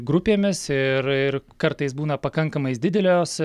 grupėmis ir ir kartais būna pakankamai didelios